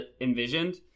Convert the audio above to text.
envisioned